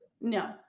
No